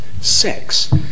sex